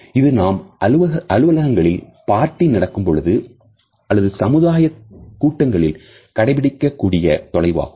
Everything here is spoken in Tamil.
இது நாம் அலுவலகங்களில் பார்ட்டி நடக்கும் பொழுது அல்லது சமுதாயம் கூட்டங்களில் கடைபிடிக்கக் கூடிய தொலைவு ஆகும்